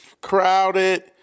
crowded